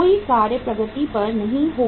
कोई कार्य प्रगति पर नहीं होगा